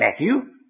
Matthew